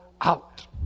out